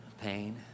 pain